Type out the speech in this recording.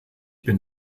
bin